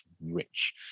rich